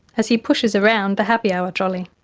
as he pushes around the happy hour trolley.